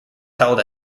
held